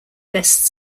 best